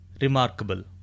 remarkable